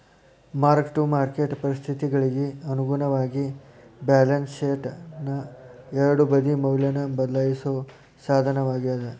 mark to market ಪರಿಸ್ಥಿತಿಗಳಿಗಿ ಅನುಗುಣವಾಗಿ balance ಶೇಟ್ನ ಎರಡೂ ಬದಿ ಮೌಲ್ಯನ ಬದ್ಲಾಯಿಸೋ ಸಾಧನವಾಗ್ಯಾದ